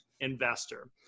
investor